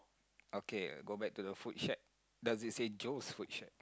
okay go back to the food shag does it say jose food shag